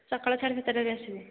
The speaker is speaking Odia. ସକାଳ ସାଢ଼େ ସାତଟାରେ ଆସିବେ